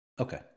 Okay